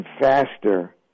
faster